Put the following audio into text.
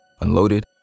unloaded